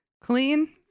clean